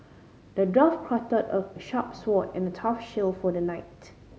the dwarf crafted a sharp sword and a tough shield for the knight